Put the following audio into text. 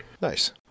Nice